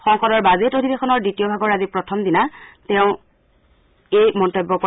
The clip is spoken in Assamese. সংসদৰ বাজেট অধিৱেশনৰ দ্বিতীয় ভাগৰ আজি প্ৰথম দিনা তেওঁ এই মন্তব্য কৰে